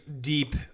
deep